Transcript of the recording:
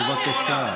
אני מבולבל.